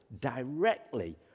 directly